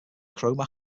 cromer